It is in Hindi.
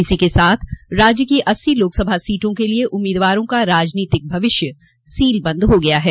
इसी के साथ राज्य की अस्सी लोकसभा सीटों के लिए उम्मीदवारों का राजनीतिक भविष्य सीलबंद हो गया है